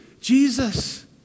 Jesus